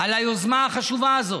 על היוזמה החשובה הזאת.